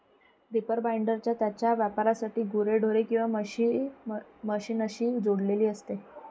reaper binder त्याच्या वापरासाठी गुरेढोरे किंवा मशीनशी जोडलेले असते